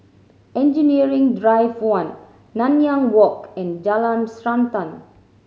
Engineering Drive One Nanyang Walk and Jalan Srantan